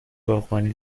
باغبانی